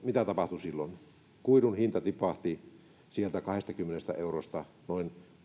mitä tapahtui silloin kuidun hinta tipahti kahdestakymmenestä eurosta noin